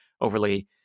overly